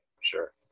Sure